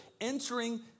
Entering